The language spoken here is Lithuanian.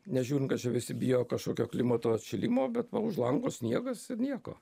nežiūrint kad čia visi bijo kašokio klimato atšilimo bet va už lango sniegas ir nieko